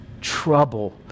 trouble